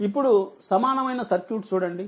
ఇప్పుడు సమానమైన సర్క్యూట్ చూడండి